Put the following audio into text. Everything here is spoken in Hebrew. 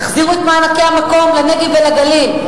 תחזירו את מענקי המקום לנגב ולגליל.